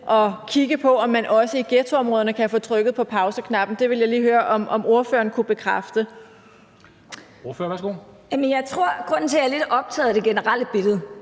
at kigge på, om man også i ghettoområderne kan få trykket på pauseknappen. Det vil jeg lige høre om ordføreren kan bekræfte. Kl. 14:34 Formanden (Henrik